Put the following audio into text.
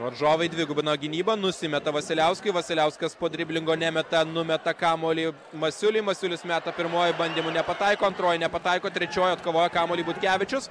varžovai dvigubino gynybą nusimeta vasiliauskui vasiliauskas po driblingo nemeta numeta kamuolį masiuliui masiulis meta pirmuoju bandymu nepataiko antruoju nepataiko trečiuoju atkovoja kamuolį butkevičius